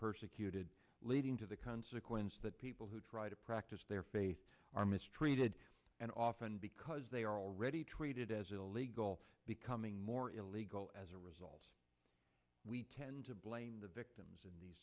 persecuted leading to the consequence that people who try to practice their faith are mistreated and often because they are already treated as illegal becoming more illegal as a result we tend to blame the victims in these